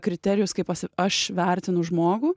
kriterijus kaip aš vertinu žmogų